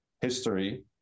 history